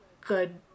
good